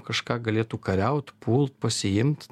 kažką galėtų kariaut pult pasiimt